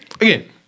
again